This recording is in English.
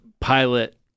pilot